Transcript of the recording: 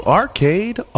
arcade